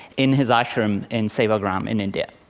in his ashram in sevagram in india.